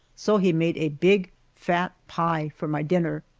so he made a big fat pie for my dinner.